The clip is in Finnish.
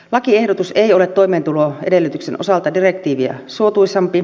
lakiehdotus ei ole toimeentuloedellytyksen osalta direktiiviä suotuisampi